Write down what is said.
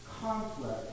Conflict